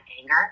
anger